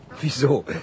Wieso